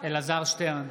אלעזר שטרן,